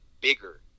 bigger